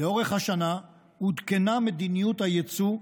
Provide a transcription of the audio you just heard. לאורך השנה עודכנה מדיניות היצוא,